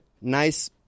nice